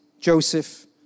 Joseph